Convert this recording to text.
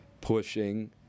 pushing